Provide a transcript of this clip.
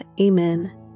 Amen